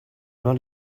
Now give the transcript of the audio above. not